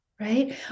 right